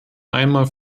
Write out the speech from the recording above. einmal